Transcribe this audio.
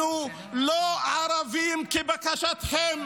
אנחנו לא ערבים כבקשתכם,